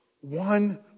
one